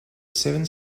seven